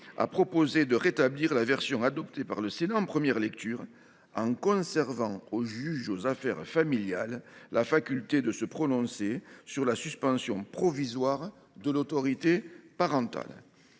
a proposé de rétablir la version adoptée par le Sénat en première lecture, en conservant au juge aux affaires familiales la faculté de se prononcer sur la suspension provisoire de l’autorité parentale.